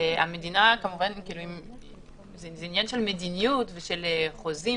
המדינה כמובן - זה עניין של מדיניות ושל חוזים